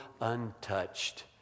untouched